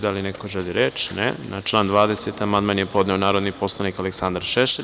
Da li neko želi reč? (Ne) Na član 20. amandman je podneo narodni poslanik Aleksandar Šešelj.